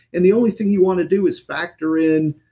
and the only thing you want to do is factor in,